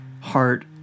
heart